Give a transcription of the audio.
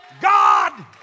God